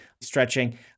stretching